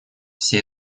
все